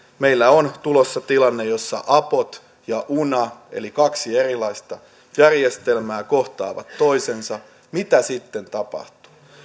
meillä on tulossa tilanne jossa apotti ja una eli kaksi erilaista järjestelmää kohtaavat toisensa mitä sitten tapahtuu